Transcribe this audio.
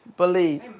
believe